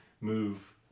move